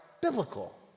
biblical